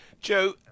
Joe